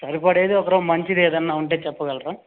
సరిపడేది ఒకరవ్వ మంచిదేదైనా ఉంటే చెప్పగలరా